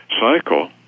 cycle